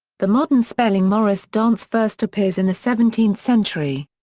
the modern spelling morris-dance first appears in the seventeenth century.